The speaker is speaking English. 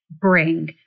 bring